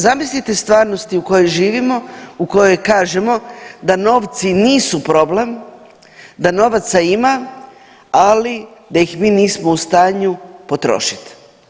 Zamislite stvarnosti u kojoj živimo u kojoj kažemo da novci nisu problem, da novaca ima, ali da ih mi nismo u stanju potrošiti.